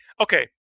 okay